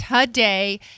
today